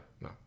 No